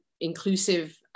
inclusive